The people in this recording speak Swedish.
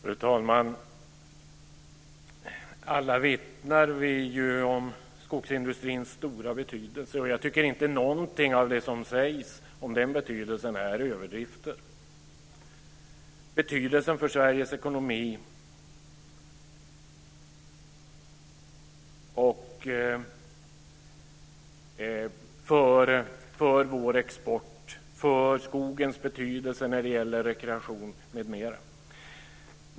Fru talman! Alla vittnar vi om skogsindustrins stora betydelse. Jag tycker inte att någonting som sägs om den betydelsen är överdrifter, t.ex. för Sveriges ekonomi, för export och för rekreation.